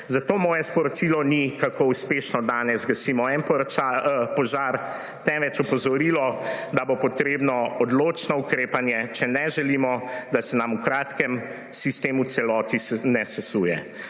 Zato moje sporočilo ni, kako uspešno danes gasimo en požar, temveč opozorilo, da bo potrebno odločno ukrepanje, če ne želimo, da se nam v kratkem sistem v celoti ne sesuje.